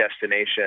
destination